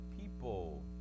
people